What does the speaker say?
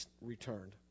returned